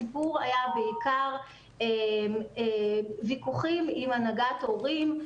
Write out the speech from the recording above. הסיפור היה בעיקר ויכוחים עם הנהגת הורים.